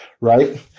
right